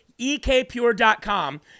ekpure.com